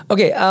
Okay